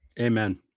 Amen